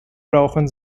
brauchen